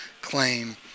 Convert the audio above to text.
claim